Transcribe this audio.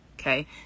okay